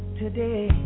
today